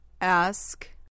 Ask